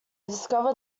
discover